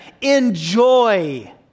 enjoy